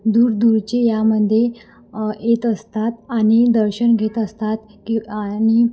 दूरदूरचे यामध्ये येत असतात आणि दर्शन घेत असतात की आणि